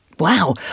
Wow